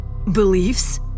Beliefs